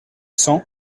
cent